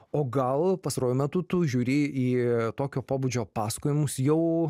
o gal pastaruoju metu tu žiūri į tokio pobūdžio pasakojimus jau